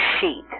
Sheet